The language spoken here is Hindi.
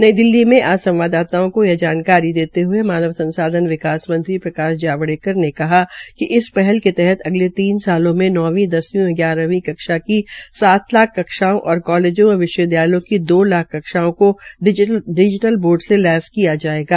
नई दिल्ली में आज संवाददाताओं को यह जानकारी देते हये मानव संसाधन विकास मंत्री प्रकाश जावड़ेकर ने कहा कि इस पहल के तहत अगले तीन वर्षो में नौवीं दसवी व ग्यारहवीं कक्षा की सात लाख कक्षाओं और कालेजों व विश्वविदयालयों को दो लाख कक्षाओं को डिजीटल बोर्ड से लैस किया जायेगा